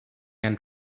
and